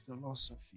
philosophy